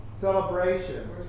celebration